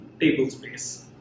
tablespace